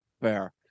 Fair